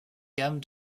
gamme